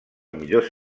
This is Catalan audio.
millors